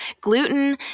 gluten